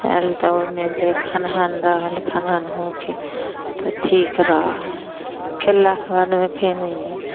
आयल तऽ ओहिमे देह खनहन रहल खनहन होके तऽ ठीक रहऽ हय खेललाके बादमे फेर ओ आयल